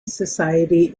society